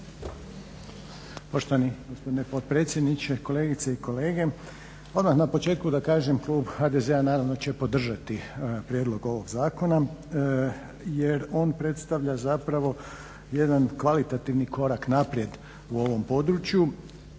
Poštovani gospodine potpredsjedniče, kolegice i kolege. Odmah na početku da kažem klub HDZ-a naravno će podržati prijedlog ovog zakona jer on predstavlja zapravo jedan kvalitativni korak naprijed u ovom području.